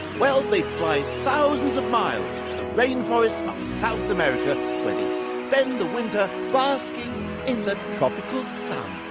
well, they fly thousands of miles to the rain forests of south america where they spend the winter basking in the tropical sun.